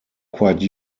quite